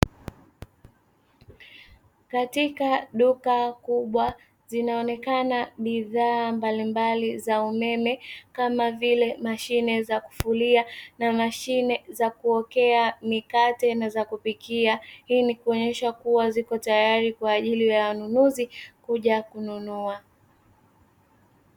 Katika duka kubwa zinaonekana bidhaa mbalimbali za umeme kama vile mashine za kufulia na mashine za kuokea mikate na za kupikia, hii ni kuonyesha kuwa ziko tayari kwa ajili ya wanunuzi kuja kununua.